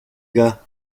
gars